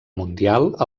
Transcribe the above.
mundial